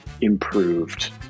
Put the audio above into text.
improved